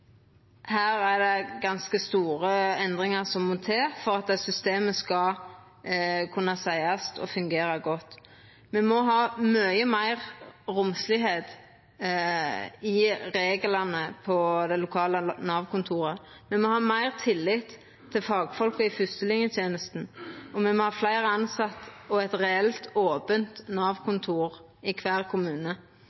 er det ganske store endringar som må til for at systemet skal kunna seiast å fungera godt. Me må ha mykje meir romslegheit i reglane på det lokale Nav-kontoret. Me må ha meir tillit til fagfolka i fyrstelinjetenesta, og me må ha fleire tilsette og eit reelt